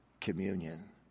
communion